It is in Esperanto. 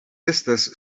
estas